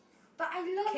but I love